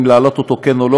אם להעלות אותו או לא,